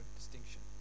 distinction